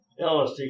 LSD